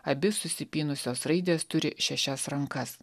abi susipynusios raidės turi šešias rankas